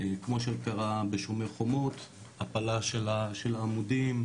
כמו שקרה בשומר חומות, הפלה של העמודים,